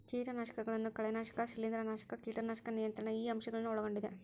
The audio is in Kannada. ಕೇಟನಾಶಕಗಳನ್ನು ಕಳೆನಾಶಕ ಶಿಲೇಂಧ್ರನಾಶಕ ಕೇಟನಾಶಕ ನಿಯಂತ್ರಣ ಈ ಅಂಶ ಗಳನ್ನು ಒಳಗೊಂಡಿದೆ